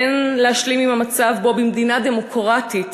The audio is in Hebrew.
אין להשלים עם המצב שבו במדינה דמוקרטית